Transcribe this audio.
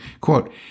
Quote